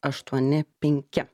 aštuoni penki